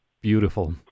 Beautiful